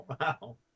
wow